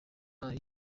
akora